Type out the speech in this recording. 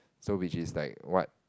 so which is like what